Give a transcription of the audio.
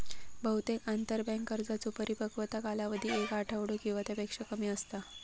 बहुतेक आंतरबँक कर्जांचो परिपक्वता कालावधी एक आठवडो किंवा त्यापेक्षा कमी असता